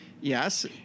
Yes